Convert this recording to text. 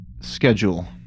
Schedule